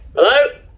Hello